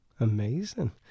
Amazing